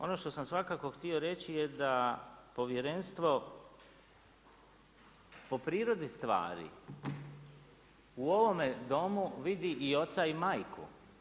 Ono što sam svakako htio reći je da povjerenstvo po prirodi stvari u ovome Domu vidi i oca i majku.